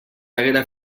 haguera